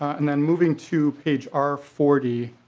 and then moving to page r forty